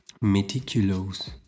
meticulous